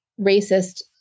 racist